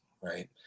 right